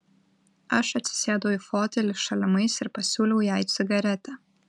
aš atsisėdau į fotelį šalimais ir pasiūliau jai cigaretę